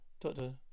Doctor